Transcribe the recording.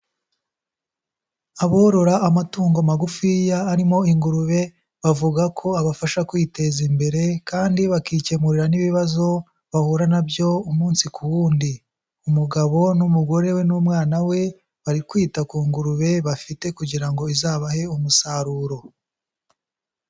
Aborora amatungo magufiya arimo ingurube, bavuga ko abafasha kwiteza imbere, kandi bakikemurira n'ibibazo bahura na byo, umunsi ku wundi. Umugabo n'umugore we n'umwana we, bari kwita ku ngurube bafite, kugira ngo izabahe umusaruro.